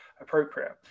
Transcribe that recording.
appropriate